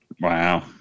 Wow